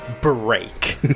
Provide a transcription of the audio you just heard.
break